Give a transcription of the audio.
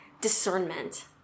discernment